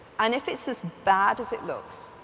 and if it's as bad as it looks,